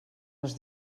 les